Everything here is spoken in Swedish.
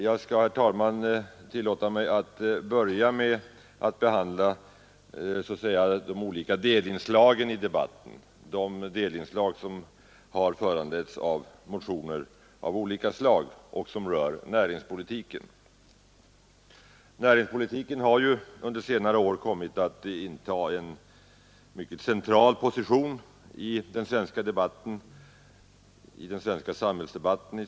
Jag skall, herr talman, tillåta mig att börja med att behandla så att säga de olika delinslag i debatten som föranletts av motioner rörande näringspolitiken. Näringspolitiken har under senare år kommit att inta en mycket central position i den svenska debatten, i synnerhet i den svenska samhällsdebatten.